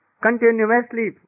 continuously